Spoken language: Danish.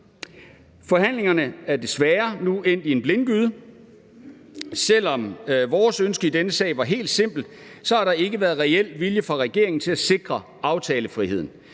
Forhandlingerne er desværre nu endt i en blindgyde. Selv om vores ønske i denne sag var helt simpelt, har der ikke været reel vilje fra regeringen til at sikre aftalefriheden,